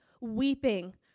weeping